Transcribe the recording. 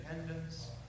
independence